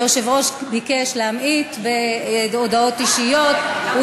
היושב-ראש ביקש להמעיט בהודעות אישיות.